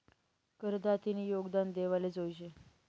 करदातानी योगदान देवाले जोयजे